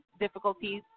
difficulties